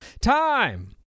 time